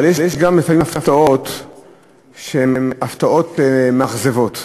אבל יש גם לפעמים הפתעות שהן הפתעות מאכזבות.